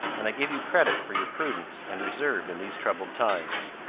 and i give you credit for your prudence and reserve in these troubled times.